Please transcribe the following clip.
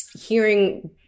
hearing